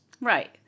Right